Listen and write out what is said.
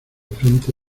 frente